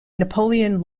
napoleon